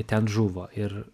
ten žuvo ir